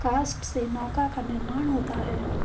काष्ठ से नौका का निर्माण होता है